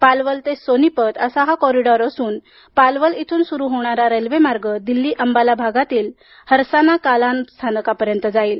पालावाल ते सोनीपत असा हा कॉरिडॉर असून पालवाल इथून सुरू होणारा रेल्वेमार्ग दिल्ली अंबाला भागातील हर्साना कालान स्थानकापर्यंत जाईल